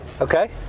Okay